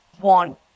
want